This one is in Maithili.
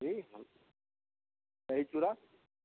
जी दही चूड़ा